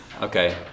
Okay